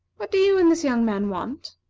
what do you and this young man want?